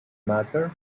matter